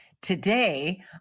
Today